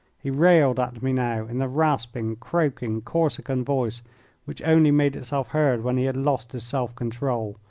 he railed at me now in the rasping, croaking, corsican voice which only made itself heard when he had lost his self-control.